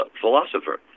philosopher